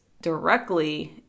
directly